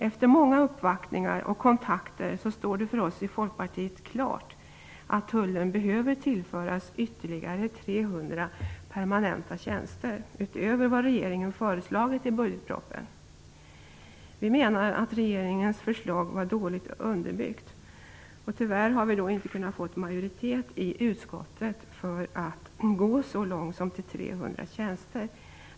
Efter många uppvaktningar och kontakter står det för oss i Folkpartiet klart att tullen behöver tillföras ytterligare 300 permanenta tjänster, utöver vad regeringen har föreslagit i budgetpropositionen. Vi menar att regeringens förslag var dåligt underbyggt. Tyvärr har vi inte kunnat få majoritet i utskottet för att gå så långt som till 300 tjänster.